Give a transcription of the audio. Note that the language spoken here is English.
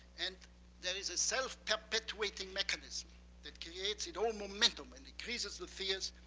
and there is a self-perpetuating mechanism that creates its own momentum and increases the fears,